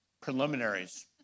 preliminaries